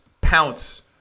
pounce